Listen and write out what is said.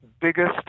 biggest